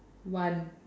one